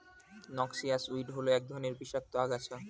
noxious weed হল এক রকমের বিষাক্ত আগাছা